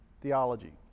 theology